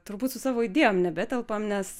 turbūt su savo idėjom nebetelpam nes